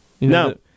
No